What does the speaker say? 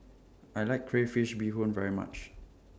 I like Crayfish Beehoon very much